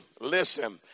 listen